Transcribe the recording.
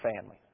family